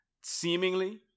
Seemingly